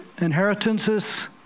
inheritances